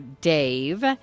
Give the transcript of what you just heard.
Dave